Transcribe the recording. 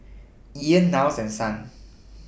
Ean Niles and Son